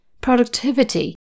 Productivity